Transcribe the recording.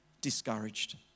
discouraged